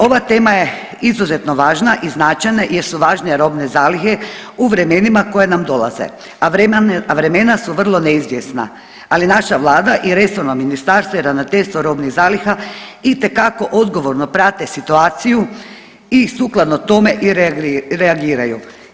Ova tema je izuzetno važna i značajna jer su važne robne zalihe u vremenima koja nam dolaze, a vremena su vrlo neizvjesna, ali naša vlada i resorno ministarstvo i ravnateljstvo robnih zaliha itekako odgovorno prate situaciju i sukladno tome i reagiraju.